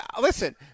Listen